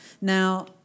Now